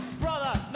brother